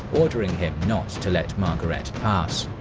ordering him not to let margaret pass.